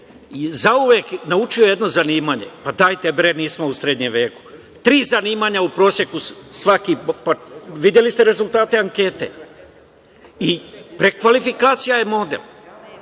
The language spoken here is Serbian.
je zauvek naučio jedno zanimanje, pa, dajte, bre, nismo u srednjem veku. Tri zanimanja u proseku svaki …Pa, videli ste rezultate ankete, i prekvalifikacija je model.